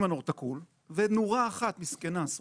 תקול, ונורה אחת מסכנה שרופה,